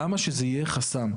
למה שזה יהיה חסם.